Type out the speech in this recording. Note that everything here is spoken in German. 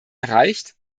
erreicht